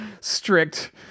strict